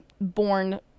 born